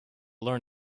learn